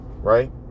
right